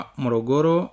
morogoro